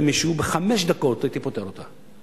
בחמש דקות הייתי פותר אותה.